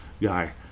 guy